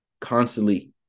constantly